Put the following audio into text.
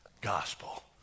gospel